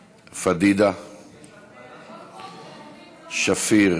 פדידה, שפיר.